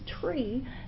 tree